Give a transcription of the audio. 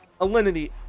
Alinity